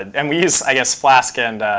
and and we use i guess flask and